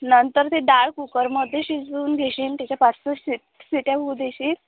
नंतर ती डाळ कुकरमध्ये शिजवून घेशीन त्याच्या पाचसहा शि शिट्या होऊ देशील